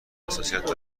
حساسیت